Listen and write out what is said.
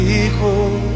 equal